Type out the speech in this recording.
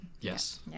Yes